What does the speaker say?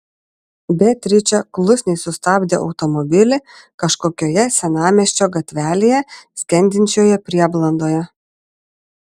beatričė klusniai sustabdė automobilį kažkokioje senamiesčio gatvelėje skendinčioje prieblandoje